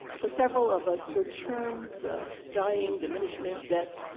for several of us, the terms dying, diminishment, death,